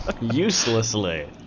Uselessly